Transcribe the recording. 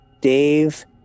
Dave